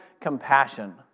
compassion